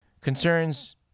concerns